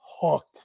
hooked